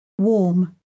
Warm